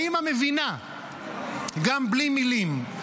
האימא מבינה גם בלי מילים.